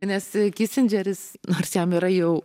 nes kisindžeris nors jam yra jau